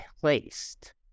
placed